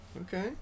Okay